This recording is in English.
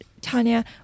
Tanya